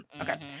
Okay